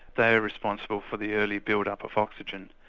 they are responsible for the early build-up of oxygen.